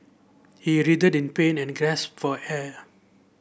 he writhed in pain and gasped for air